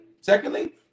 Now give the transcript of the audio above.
secondly